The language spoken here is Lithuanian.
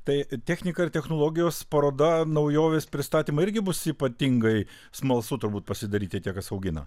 tai technika ir technologijos paroda naujovės pristatymai irgi bus ypatingai smalsu turbūt pasidaryti tie kas augina